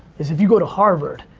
is if you go to harvard,